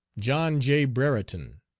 john j. brereton,